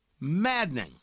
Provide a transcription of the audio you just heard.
maddening